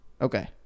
okay